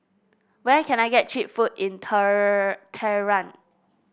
where can I get cheap food in Tehran